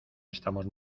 estamos